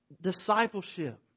Discipleship